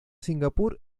singapur